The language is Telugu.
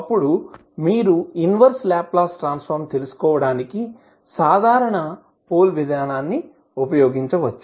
అప్పుడు మీరు ఇన్వర్స్ లాప్లాస్ ట్రాన్స్ ఫార్మ్ తెలుసుకోవడానికి సాధారణ పోల్ విధానాన్ని ఉపయోగించవచ్చు